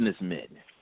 businessmen